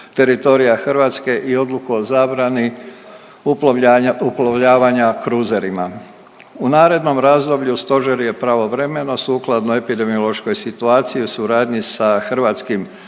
teritorija Hrvatske i Odluku o zabrani uplovljavanja cruserima. U narednom razdoblju Stožer je pravovremeno sukladno epidemiološkoj situaciji i suradnji sa Hrvatskim